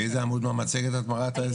מאיזה עמוד במצגת את מראה את 2020?